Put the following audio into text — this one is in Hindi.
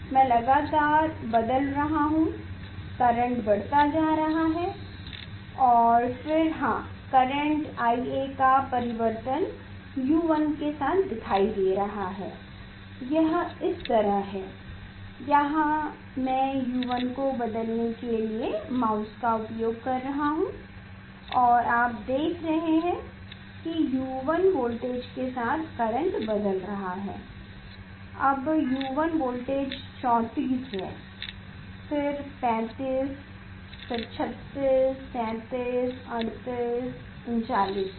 मैं लगातार बदल रहा हूँ करंट बढ़ता जा रहा है और फिर हाँ करंट IA का परिवर्तन U1 के साथ दिखाई दे रहा है यह इस तरह है यहाँ मैं U1 को बदलने के लिए माउस का उपयोग कर रहा हूँ और आप देख रहे हैं कि U1 वोल्टेज के साथ करेंट बदल रहा है अब U1 वोल्टेज 34 है फिर 35 फिर 36 37 38 39 है